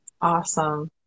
Awesome